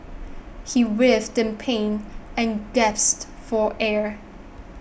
he writhed in pain and gasped for air